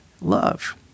love